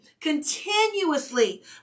continuously